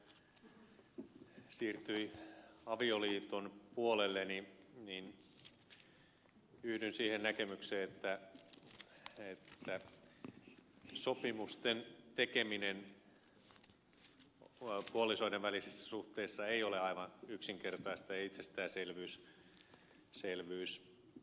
ukkola siirtyi avioliiton puolelle niin yhdyn siihen näkemykseen että sopimusten tekeminen puolisoiden välisissä suhteissa ei ole aivan yksinkertaista ja itsestäänselvyys